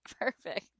Perfect